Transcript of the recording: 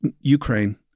Ukraine